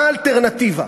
מה האלטרנטיבה?